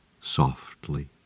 softly